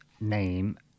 name